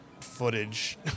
footage